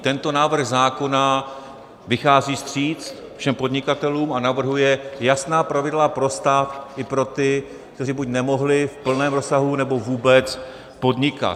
Tento návrh zákona vychází vstříc všem podnikatelům a navrhuje jasná pravidla pro stát i pro ty, kteří buď nemohli v plném rozsahu, nebo vůbec podnikat.